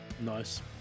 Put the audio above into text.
Nice